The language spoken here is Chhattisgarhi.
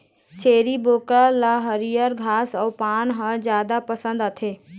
छेरी बोकरा ल हरियर घास अउ पाना ह जादा पसंद आथे